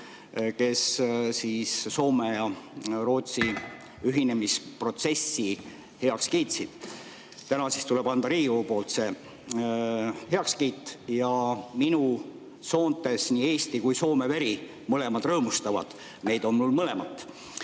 kes Soome ja Rootsi ühinemisprotsessi heaks kiitsid. Täna tuleb anda Riigikogul see heakskiit. Ja minu soontes nii Eesti kui ka Soome veri rõõmustavad, neid on mul mõlemat.